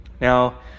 now